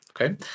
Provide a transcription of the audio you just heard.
Okay